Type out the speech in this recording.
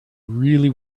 really